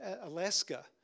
Alaska